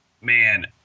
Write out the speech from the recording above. Man